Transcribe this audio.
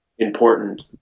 important